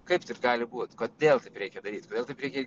kaip taip gali būt kodėl taip reikia daryt kodėl taip reikia